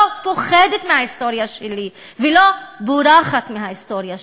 לא פוחדת מההיסטוריה שלי ולא בורחת מההיסטוריה שלי,